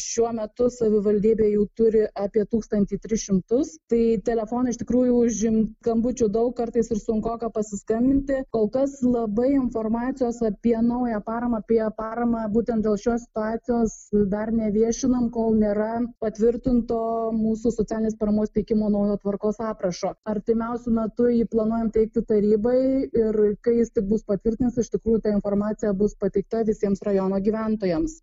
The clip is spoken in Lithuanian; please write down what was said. šiuo metu savivaldybė jau turi apie tūkstantį tris šimtus tai telefonai iš tikrųjų užim skambučių daug kartais ir sunkoka pasiskambinti kol kas labai informacijos apie naują paramą apie paramą būtent dėl šios situacijos dar neviešinam kol nėra patvirtinto mūsų socialinės paramos teikimo naujo tvarkos aprašo artimiausiu metu jį planuojam teikti tarybai ir kai jis tik bus patvirtintas iš tikrųjų ta informacija bus pateikta visiems rajono gyventojams